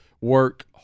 work